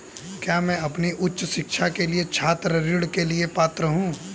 क्या मैं अपनी उच्च शिक्षा के लिए छात्र ऋण के लिए पात्र हूँ?